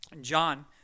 John